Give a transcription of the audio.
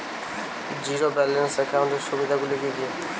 Zero balance একাউন্টের সুবিধা গুলি কি কি?